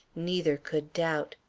neither could doubt.